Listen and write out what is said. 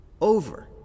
over